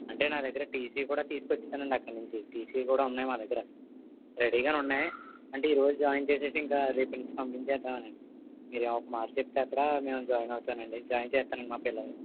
అంటే నాదగ్గర టిసి కూడా తీసుకొచ్చేసానండి అక్కడ నుంచి టిసి కూడా ఉన్నాయి మా దగ్గర రెడీగానే ఉన్నాయి అంటే ఈ రోజు జాయిన్ చేసి ఇక రేపటి నుంచి పంపించేద్దామనండి మీరు ఒక్క మాట చెప్తే అక్కడా నేను జాయిన్ అవుతానండి జాయిన్ చేస్తానండి మా పిల్లల్ని